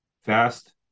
fast